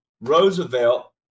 Roosevelt